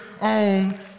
on